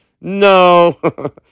no